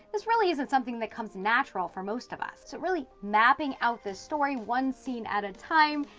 this really isn't something that comes natural for most of us. so really mapping out the story, once scene at a time,